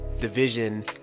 division